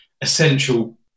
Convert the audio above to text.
essential